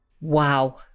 Wow